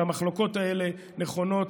שהמחלוקות האלה נכונות,